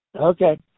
Okay